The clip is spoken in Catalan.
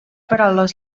paraules